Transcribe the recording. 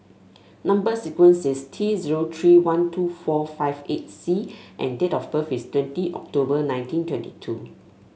number sequence is T zero three one two four five eight C and date of birth is twenty October nineteen twenty two